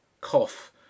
cough